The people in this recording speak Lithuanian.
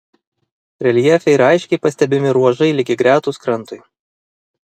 reljefe yra aiškiai pastebimi ruožai lygiagretūs krantui